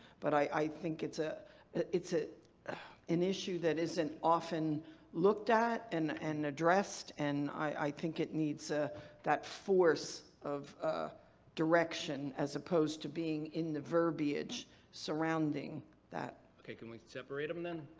but i think it's ah it's an issue that isn't often looked at and and addressed and i think it needs ah that force of direction as opposed to being in the verbiage surrounding that. okay. can we separate them then?